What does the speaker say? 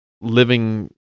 living